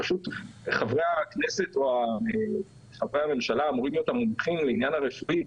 חברי הכנסת או חברי הממשלה אמורים להיות המומחים לעניין הרפואי,